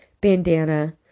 bandana